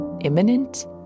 imminent